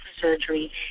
surgery